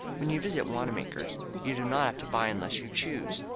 when you visit wanamaker's you do not have to buy unless you choose.